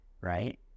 right